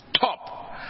top